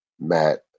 Matt